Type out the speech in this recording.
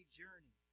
journey